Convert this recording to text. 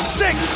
six